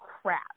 crap